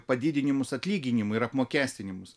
padidinimus atlyginimų ir apmokestinimus